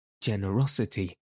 generosity